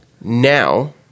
Now